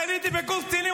כשאני הייתי בקורס קצינים,